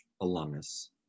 alumnus